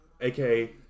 aka